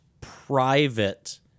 private